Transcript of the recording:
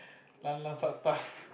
lanlan suck thumb